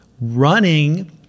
running